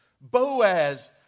Boaz